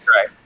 right